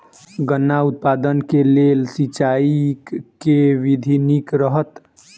गन्ना उत्पादन केँ लेल सिंचाईक केँ विधि नीक रहत?